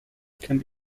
can